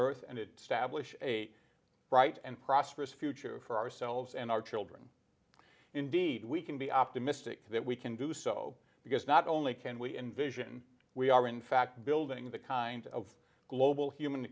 earth and it stablish a bright and prosperous future for ourselves and our children indeed we can be optimistic that we can do so because not only can we envision we are in fact building the kind of global human